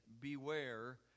beware